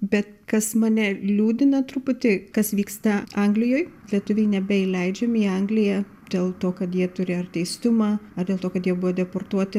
bet kas mane liūdina truputį kas vyksta anglijoj lietuviai nebeįleidžiami į angliją dėl to kad jie turi ar teistumą ar dėl to kad jie buvo deportuoti